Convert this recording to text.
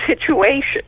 situation